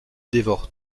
dévore